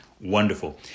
Wonderful